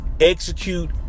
Execute